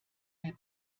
mehr